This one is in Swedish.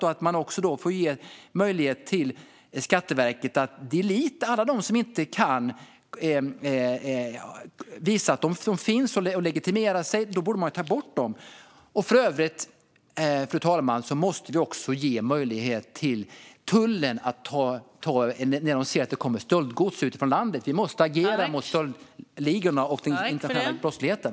Skatteverket bör också ges möjlighet att ta bort alla som inte kan visa att de finns och kan legitimera sig. För övrigt måste vi, fru talman, också ge tullen möjligheter när de ser att det kommer stöldgods utifrån landet. Vi måste agera mot stöldligorna och den internationella brottsligheten.